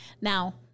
Now